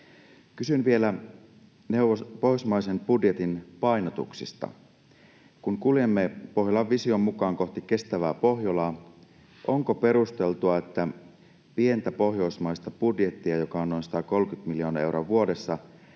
Kysyn vielä pohjoismaisen budjetin painotuksista. Kun kuljemme Pohjolan vision mukaan kohti kestävää Pohjolaa, onko perusteltua, että pientä pohjoismaista budjettia, joka on noin 130 miljoonaa euroa vuodessa,